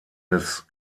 des